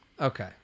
Okay